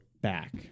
back